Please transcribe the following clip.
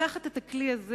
לקחת את הכלי הזה,